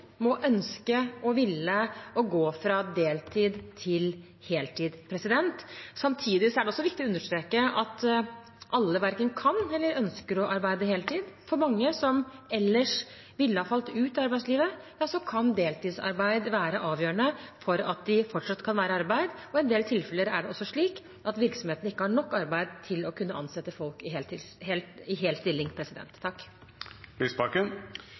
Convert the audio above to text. må ønske og ville gå fra deltid til heltid. Samtidig er det også viktig å understreke at alle verken kan eller ønsker å arbeide heltid. For mange som ellers ville ha falt ut av arbeidslivet, kan deltidsarbeid være avgjørende for at de fortsatt kan være i arbeid. I en del tilfeller er det også slik at virksomhetene ikke har nok arbeid til å kunne ansette folk i hel stilling. Jeg takker for svaret. Det er klart at innsatsen for å skape en heltidskultur i